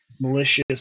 malicious